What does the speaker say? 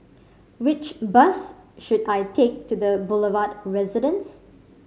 which bus should I take to The Boulevard Residence